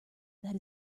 that